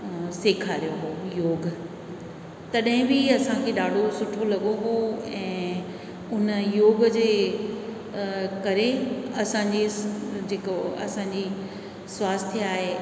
सेखारियो हुओ योग तॾहिं बि असांखे ॾाढो सुठो लॻो हुओ ऐं उन योग जे करे असांजे जेको असांजी स्वास्थय आहे